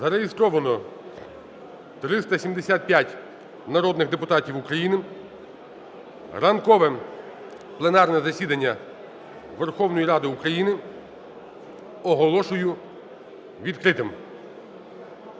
Зареєстровано 375 народних депутатів України. Ранкове пленарне засідання Верховної Ради України оголошую відкритим.